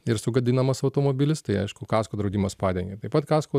ir sugadinamas automobilis tai aišku kasko draudimas padengia taip pat kasko